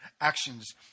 actions